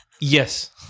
Yes